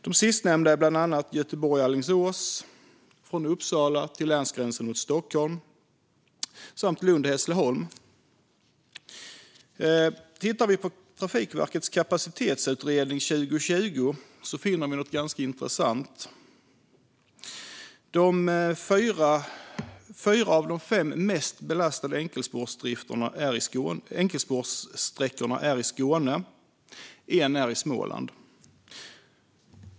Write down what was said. De sistnämnda är bland annat sträckan Göteborg-Alingsås, sträckan från Uppsala till länsgränsen mot Stockholm samt sträckan Lund-Hässleholm. Tittar vi på Trafikverkets kapacitetsutredning för 2020 finner vi något intressant. Fyra av de fem mest belastade enkelspårssträckorna finns i Skåne, och en finns i Småland.